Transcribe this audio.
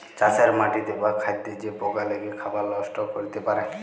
চাষের মাটিতে বা খাদ্যে যে পকা লেগে খাবার লষ্ট ক্যরতে পারে